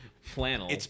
flannel